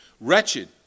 Wretched